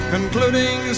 Concluding